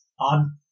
on